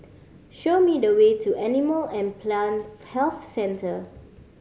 show me the way to Animal and Plant Health Centre